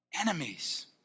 enemies